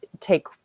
take